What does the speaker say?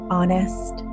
honest